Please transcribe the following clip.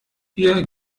wir